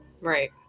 Right